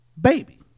baby